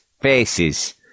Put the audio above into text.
faces